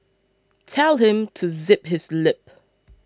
tell him to zip his lip